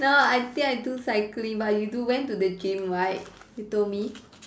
no I think I do cycling but you do went to the gym right you told me